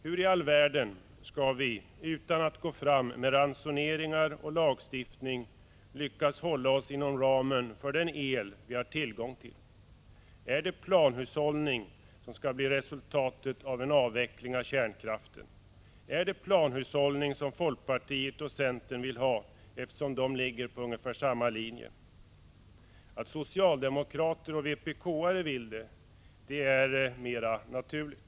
Hur i all världen skall vi, utan att gå fram med ransonering och lagstiftning, lyckas hålla oss inom ramen för den el vi har tillgång till? Är det planhushållning som skall bli resultatet av en avveckling av kärnkraften? Är det planhushållning som folkpartiet och centern vill ha när de följer ungefär samma linje? Att socialdemokrater och vpk-are vill det är mera naturligt.